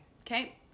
okay